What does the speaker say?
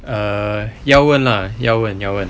err 要问 lah 要问要问